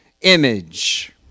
image